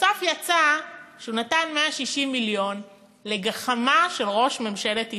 בסוף יצא שהוא נתן 160 מיליון לגחמה של ראש ממשלת ישראל.